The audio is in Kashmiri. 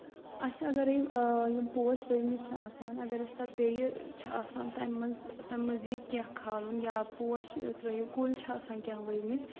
اَسہِ اَگرَے یِم پوش ؤومٕتۍ چھِ آسان اگر أسۍ تَتھ بیٚیہِ چھِ آسان تَمہِ منٛز تَمہِ مٔزیٖد کیٚنٛہہ کھالُن یا پوش ترٛٲیِو کُل چھِ آسان کیٚنٛہہ ؤومٕتۍ